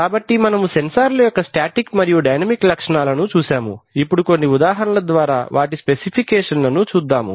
కాబట్టి మనము సెన్సార్ల యొక్క స్టాటిక్ మరియు డైనమిక్ లక్షణాలను చూశాము ఇప్పుడు కొన్ని ఉదాహరణల ద్వారా స్పెసిఫికేషన్లను చూద్దాం